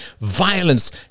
violence